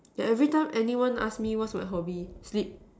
yeah every time anyone ask me what's my hobby sleep